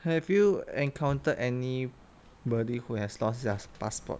have you encounter anybody who has lost their passport